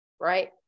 right